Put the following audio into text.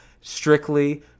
strictly